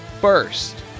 First